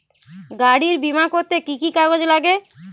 গাড়ীর বিমা করতে কি কি কাগজ লাগে?